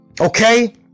Okay